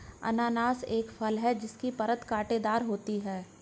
अनन्नास एक फल है जिसकी परत कांटेदार होती है